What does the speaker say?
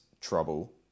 trouble